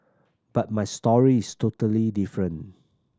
but my story is totally different